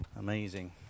Amazing